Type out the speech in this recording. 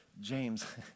James